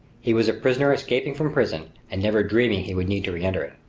he was a prisoner escaping from prison and never dreaming he would need to reenter it.